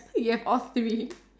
you have all three